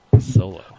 Solo